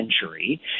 century